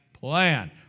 plan